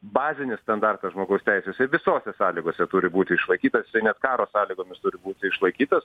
bazinis standartas žmogaus teisėse visose sąlygose turi būti išlaikytas jisai net karo sąlygomis turi būti išlaikytas